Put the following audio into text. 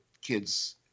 kids